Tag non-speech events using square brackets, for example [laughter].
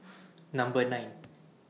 [noise] Number nine